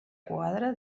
quadre